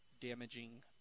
damaging